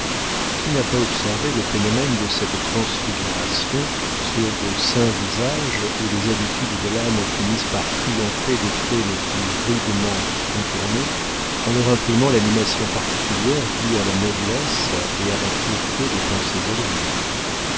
qui n'a pas observé le phénomène de cette transfiguration sur de saints visages où les habitudes de l'âme finissent par triompher des traits les plus rudement contournés en leur imprimant l'animation particulière due à la noblesse et à la pureté des pensées élevées